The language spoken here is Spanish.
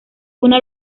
una